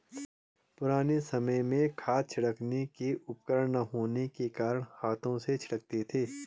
पुराने समय में खाद छिड़कने के उपकरण ना होने के कारण हाथों से छिड़कते थे